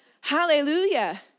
Hallelujah